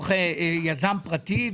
ולכן המצב צופה פני עתיד נראה טוב.